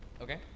Okay